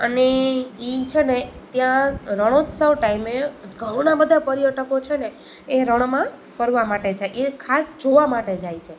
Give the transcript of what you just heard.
અને એ છે ને ત્યાં રણોત્સવ ટાઇમે ઘણાં બધાં પર્યટકો છે ને એ રણમાં ફરવાં માટે જાય એ ખાસ જોવાં માટે જાય છે